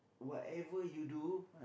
whatever you do